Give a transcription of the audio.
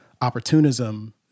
opportunism